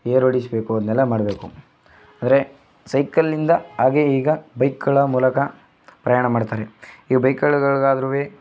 gear ಹೊಡೆಸಬೇಕು ಅದನ್ನೆಲ್ಲ ಮಾಡಬೇಕು ಅಂದರೆ ಸೈಕಲಿಂದ ಹಾಗೆ ಈಗ ಬೈಕ್ಗಳ ಮೂಲಕ ಪ್ರಯಾಣ ಮಾಡ್ತಾರೆ ಈಗ ಬೈಕ್ಗಳಾದ್ರೂ